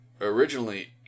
originally